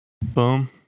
Boom